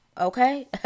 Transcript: okay